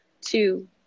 two